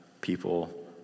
people